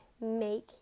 make